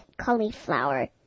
cauliflower